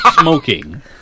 smoking